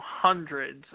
hundreds